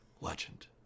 Legend